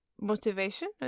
motivation